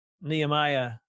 Nehemiah